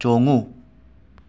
ꯆꯣꯡꯉꯨ